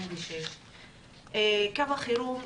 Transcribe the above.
קו החירום,